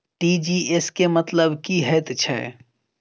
TGS केँ मतलब की हएत छै?